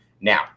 Now